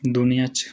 दूनिया च